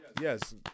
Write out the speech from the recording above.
Yes